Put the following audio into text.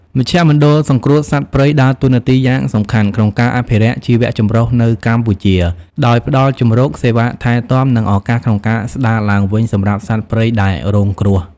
មជ្ឈមណ្ឌលសង្គ្រោះសត្វព្រៃដើរតួនាទីយ៉ាងសំខាន់ក្នុងការអភិរក្សជីវៈចម្រុះនៅកម្ពុជា ដោយផ្តល់ជម្រក សេវាថែទាំ និងឱកាសក្នុងការស្តារឡើងវិញសម្រាប់សត្វព្រៃដែលរងគ្រោះ។